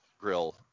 grill